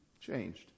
changed